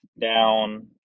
down